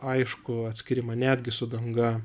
aiškų atskyrimą netgi su danga